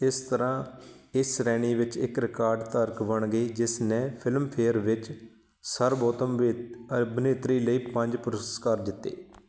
ਇਸ ਤਰ੍ਹਾਂ ਇਸ ਸ਼੍ਰੇਣੀ ਵਿੱਚ ਇੱਕ ਰਿਕਾਰਡ ਧਾਰਕ ਬਣ ਗਈ ਜਿਸ ਨੇ ਫ਼ਿਲਮਫੇਅਰ ਵਿੱਚ ਸਰਬੋਤਮ ਅਭਿਨੇਤਰੀ ਲਈ ਪੰਜ ਪੁਰਸਕਾਰ ਜਿੱਤੇ